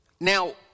Now